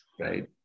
right